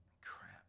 Crap